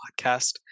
podcast